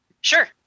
Sure